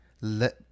let